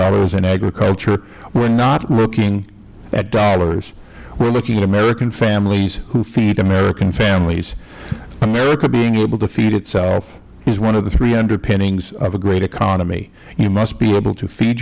billion in agriculture we are not looking at dollars we are looking at american families who feed american families america being able to feed itself is one of the three underpinnings of a great economy you must be able to feed